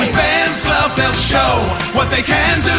ben's glove they'll show what they can